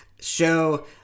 show